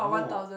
no